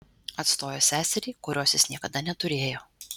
atstojo seserį kurios jis niekada neturėjo